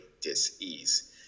dis-ease